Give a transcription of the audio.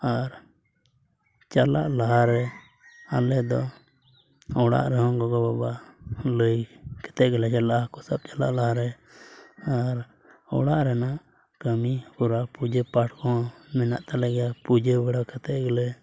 ᱟᱨ ᱪᱟᱞᱟᱜ ᱞᱟᱦᱟ ᱨᱮ ᱟᱞᱮ ᱫᱚ ᱚᱲᱟᱜ ᱨᱮ ᱦᱚᱸ ᱜᱚᱜᱚ ᱵᱟᱵᱟ ᱞᱟᱹᱭ ᱠᱟᱛᱮᱫ ᱜᱮᱞᱮ ᱪᱟᱞᱟᱜᱼᱟ ᱦᱟᱹᱠᱩ ᱥᱟᱵ ᱪᱟᱞᱟᱜ ᱞᱟᱦᱟ ᱨᱮ ᱟᱨ ᱚᱲᱟᱜ ᱨᱮᱱᱟᱜ ᱠᱟᱹᱢᱤ ᱦᱚᱨᱟ ᱯᱩᱡᱟᱹ ᱯᱟᱴ ᱠᱚ ᱦᱚᱸ ᱢᱮᱱᱟᱜ ᱛᱟᱞᱮ ᱜᱮᱭᱟ ᱯᱩᱡᱟᱹ ᱵᱟᱲᱟ ᱠᱟᱛᱮᱫ ᱜᱮᱞᱮ